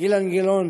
אילן גילאון